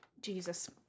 Jesus